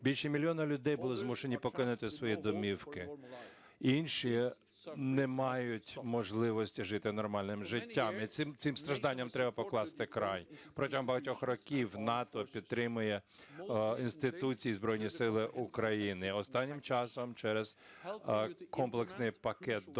Більше мільйона людей були змушені покинути свої домівки, інші не мають можливості жити нормальним життям. І цим стражданням треба покласти край. Протягом багатьох років НАТО підтримує інституції і Збройні Сили України. І останнім часом через комплексний пакет допомоги,